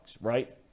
right